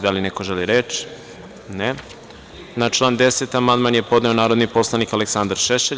Da li neko želi reč? (Ne.) Na član 10. amandman je podneo narodni poslanik Aleksandar Šešelj.